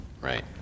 right